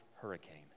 hurricane